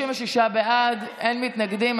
36 בעד, אין מתנגדים.